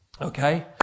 Okay